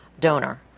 donor